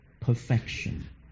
perfection